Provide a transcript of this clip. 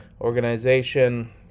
organization